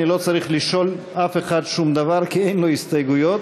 לא צריך לשאול אף אחד שום דבר כי אין לו הסתייגויות,